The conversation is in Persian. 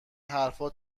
حرفها